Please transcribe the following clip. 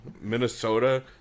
Minnesota